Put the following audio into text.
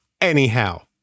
Anyhow